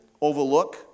overlook